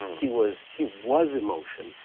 he was he was emotion.